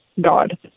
God